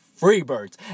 Freebirds